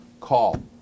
call